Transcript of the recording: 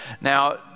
Now